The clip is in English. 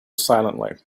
silently